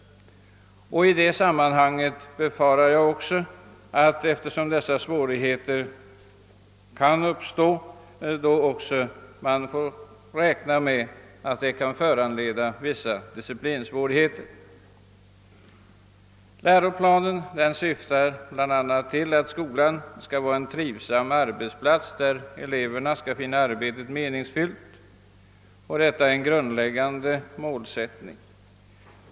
I detta sammanhang räknar jag med att det även kan uppstå vissa disciplinsvårigheter. Läroplanen syftar bl.a. till att skolan skall vara en trivsam arbetsplats där eleverna skall finna arbetet meningsfyllt. — Detta är en grundläggande målsättning.